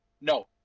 no